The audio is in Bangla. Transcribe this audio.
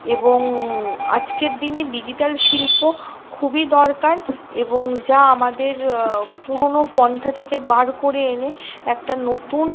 এবং আজকের দিনে ডিজিটাল শিল্প খুবই দরকার এবং যা আমাদের পুরোনো পন্থা থেকে বার করে এনে একটা নতুন